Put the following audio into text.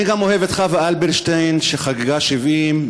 אני גם אוהב את חוה אלברשטיין שחגגה 70,